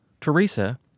Teresa